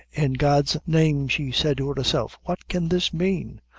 in god's name, she said to herself, what can this mean?